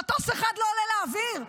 מטוס אחד לא עולה לאוויר שעות?